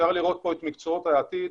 אפשר לראות את מקצועות העתיד,